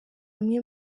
amwe